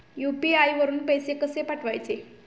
UPI वरून पैसे कसे पाठवायचे?